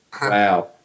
Wow